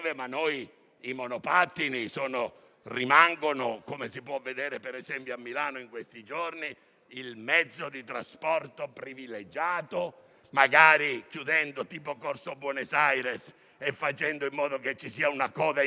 i monopattini rimangono, come si può vedere, per esempio, a Milano in questi giorni, il mezzo di trasporto privilegiato, magari chiudendo corso Buenos Aires e facendo in modo che ci sia una coda infinita